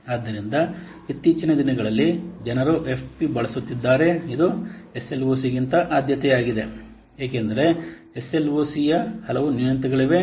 ಆದ್ದರಿಂದ ಇತ್ತೀಚಿನ ದಿನಗಳಲ್ಲಿ ಜನರು ಎಫ್ಪಿ ಬಳಸುತ್ತಿದ್ದಾರೆ ಇದು ಎಸ್ಎಲ್ಒಸಿಗಿಂತ ಆದ್ಯತೆಯಾಗಿದೆ ಏಕೆಂದರೆ ಎಸ್ಎಲ್ಒಸಿಯ ಹಲವು ನ್ಯೂನತೆಗಳಿವೆ